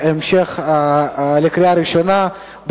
לקראת הקריאה הראשונה,